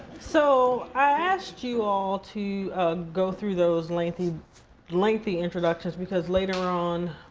so i asked you all to go through those lengthy lengthy introductions because later on,